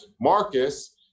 Marcus